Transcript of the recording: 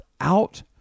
out